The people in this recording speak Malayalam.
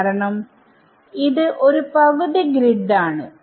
കാരണം ഇത് ഒരു പകുതി ഗ്രിഡ് ആണ്